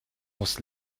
muss